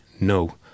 No